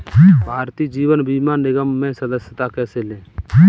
भारतीय जीवन बीमा निगम में सदस्यता कैसे लें?